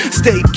stay